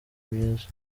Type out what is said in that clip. myiza